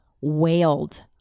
wailed